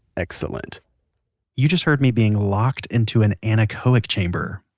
excellent you just heard me being locked into an anechoic chamber.